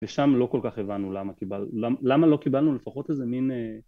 ושם לא כל כך הבנו למה לא קיבלנו לפחות איזה מין